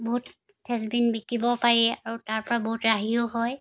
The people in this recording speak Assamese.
বহুত ফ্ৰেচবিন বিকিবও পাৰি আৰু তাৰ পৰা বহুত ৰাহিও হয়